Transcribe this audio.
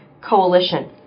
Coalition